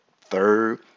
third